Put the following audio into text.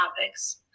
topics